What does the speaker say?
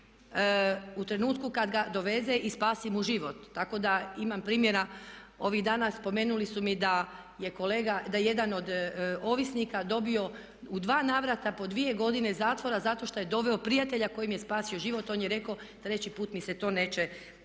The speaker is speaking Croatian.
u trenutku kada ga doveze i spasi mu život. Tako da imam primjera, ovih dana spomenuli su mi da je kolega, da je jedan od ovisnika dobio u dva navrata po dvije godine zatvora zato šta je doveo prijatelja kojem je spasio život, on je rekao treći put mi se to neće